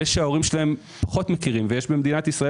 אלה שההורים שלכם פחות מכירים ויש במדינת ישראל